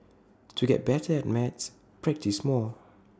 to get better at maths practise more